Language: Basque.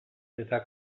eta